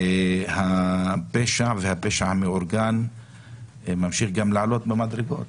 הפשע והפשע המאורגן ממשיכים גם לעלות מדרגה.